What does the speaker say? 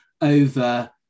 over